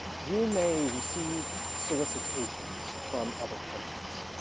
you may receive solicitations from other companies.